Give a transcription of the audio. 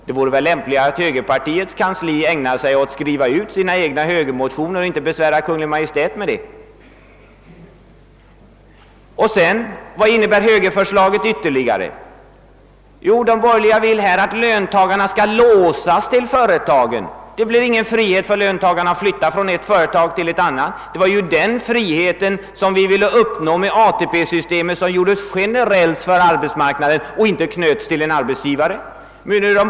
Det vore väl lämpligare att man på högerpartiets kansli skrev ut sina egna motioner, så att man inte behövde besvära Kungl: Maj:t med detta. : Vilka ytterligare konsekvenser har högerförslaget? Jo, de borgerliga vill att löntagarna skall låsas till företagen. Det skall alltså inte bli någon frihet för löntagarna att flytta från ett företag till ett annat. Det var ju den friheten som vi ville uppnå genom att ATP systemet gjordes generellt över hela arbetsmarknaden och inte knöts till någon särskild arbetsgivare.